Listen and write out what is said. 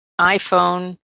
iphone